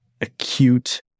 acute